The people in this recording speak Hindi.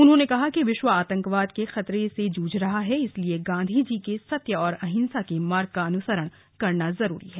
उन्होंने कहा कि विश्व आतंकवाद के खतरे से जूझ रहा है इसलिए गांधी जी के सत्य और अहिंसा के मार्ग का अनुसरण करना जरूरी है